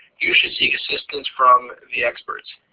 you should seek assistance from the experts.